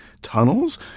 tunnels